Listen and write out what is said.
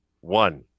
One